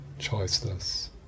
choiceless